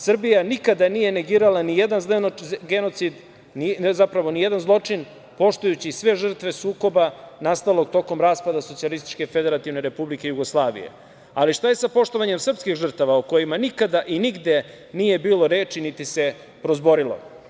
Srbija nikada nije negirala ni jedan genocid, zapravo ni jedan zločin, poštujući sve žrtve sukoba nastalog tokom raspada SFRJ, ali šta je sa poštovanjem srpskih žrtava o kojima nikada i nigde nije bilo reči, niti se prozborilo?